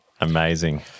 Amazing